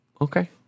Okay